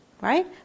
Right